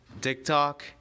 TikTok